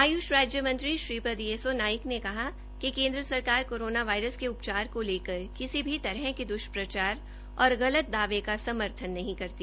आय्ष राज्य मंत्री श्रीपद येस्सो नाइक ने कहा कि सरकार कोरोना वायरस के उपचार को लेकर किसी भी तरह के द्वष्प्रचार और गलत दावे का समर्थन नहीं करती